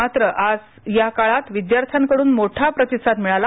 मात्र या काळातविद्यार्थ्यांकडून मोठा प्रतिसाद मिळाला